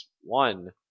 One